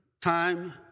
time